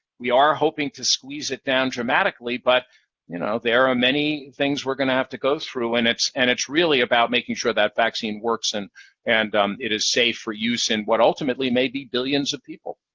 we are hoping to squeeze it down dramatically, but you know there are many things we're going to have to go through, and and it's really about making sure that vaccine works and and it is safe for use in what ultimately may be billions of people.